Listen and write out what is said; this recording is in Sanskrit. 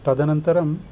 तदनन्तरं